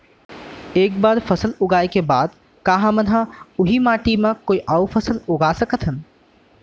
एक बार फसल उगाए के बाद का हमन ह, उही माटी मा कोई अऊ फसल उगा सकथन?